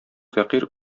фәкыйрь